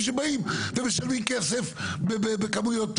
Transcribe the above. ומי שאין לו את הכסף לא ייקבר בקבורת